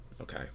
Okay